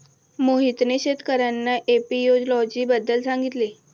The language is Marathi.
मोहितने शेतकर्यांना एपियोलॉजी बद्दल सांगितले